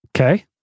Okay